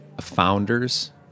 Founders